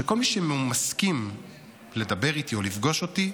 שכל מי שמסכים לדבר איתי או לפגוש אותי,